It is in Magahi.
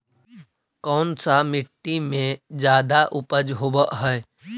कोन सा मिट्टी मे ज्यादा उपज होबहय?